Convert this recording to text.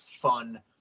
fun